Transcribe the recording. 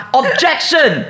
objection